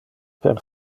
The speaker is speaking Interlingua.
per